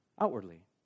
outwardly